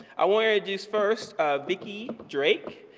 i want to introduce first vickie drake.